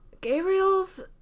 Gabriel's